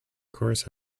course